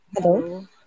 Hello